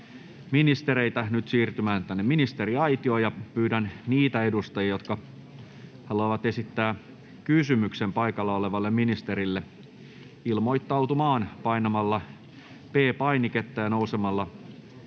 siirtymään nyt tänne ministeriaitioon. Pyydän niitä edustajia, jotka haluavat esittää kysymyksen paikalla olevalle ministerille, ilmoittautumaan painamalla P-painiketta ja nousemalla seisomaan.